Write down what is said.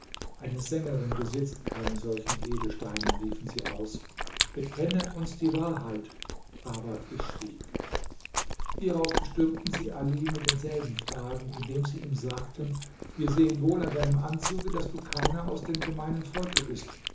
eine sängerin besitzt keine solche edelsteine riefen sie aus bekenne uns die wahrheit aber ich schwieg hierauf bestürmten sie ali mit denselben fragen indem sie ihm sagten wir sehen wohl an deinem anzuge daß du keiner aus dem gemeinen volke bist